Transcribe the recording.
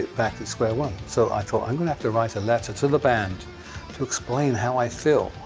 back at square one. so i thought, i'm gonna have to write a letter to the band to explain how i feel,